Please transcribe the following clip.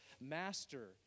master